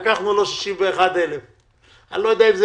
לקחנו לו 61,000. אני לא יודע אם זה